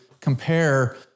compare